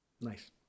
Nice